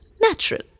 natural